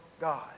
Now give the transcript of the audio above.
God